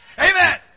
Amen